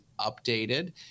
updated